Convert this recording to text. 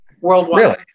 worldwide